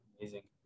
Amazing